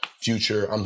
future